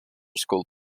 school